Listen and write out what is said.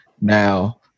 Now